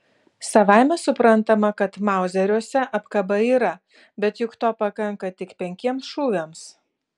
savaime suprantama kad mauzeriuose apkaba yra bet juk to pakanka tik penkiems šūviams